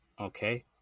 okay